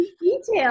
details